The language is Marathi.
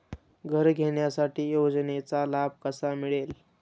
घर घेण्यासाठी योजनेचा लाभ कसा मिळेल?